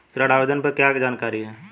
ऋण आवेदन पर क्या जानकारी है?